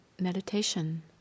meditation